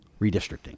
redistricting